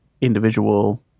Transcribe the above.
individual